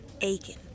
Aiken